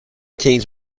teens